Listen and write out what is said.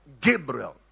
gabriel